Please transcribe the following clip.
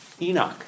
Enoch